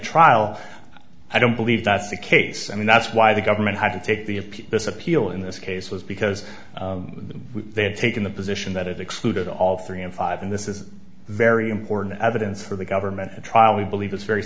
trial i don't believe that's the case and that's why the government had to take the appears appeal in this case was because they had taken the position that it excluded all three and five and this is very important evidence for the government the trial we believe is very